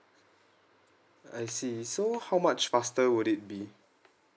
I see so how much faster would it be